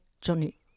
Johnny